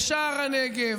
בשער הנגב,